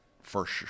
first